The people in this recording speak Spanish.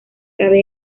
cabe